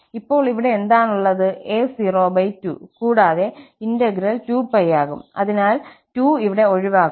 ഇപ്പോൾ ഇവിടെ എന്താണുള്ളത്a02 കൂടാതെ ഇന്റഗ്രൽ 2π ആകും അതിനാൽ 2 ഇവിടെ ഒഴിവാകും